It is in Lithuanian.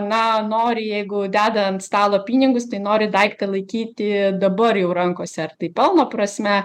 na nori jeigu deda ant stalo pinigus tai nori daiktą laikyti dabar jau rankose ar tai pelno prasme